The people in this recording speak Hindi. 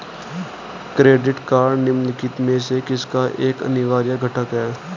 क्रेडिट कार्ड निम्नलिखित में से किसका एक अनिवार्य घटक है?